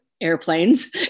airplanes